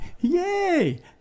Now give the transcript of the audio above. Yay